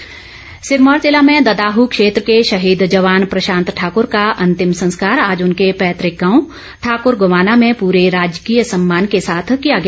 शहीद सिरमौर जिला में ददाहू क्षेत्र के शहीद जवान प्रशांत ठाकूर का अंतिम संस्कार आज उनके पैतृक गांव ठाकर गवाना में पूरे राजकीय सम्मान के साथ किया गया